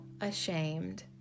ashamed